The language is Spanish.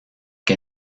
que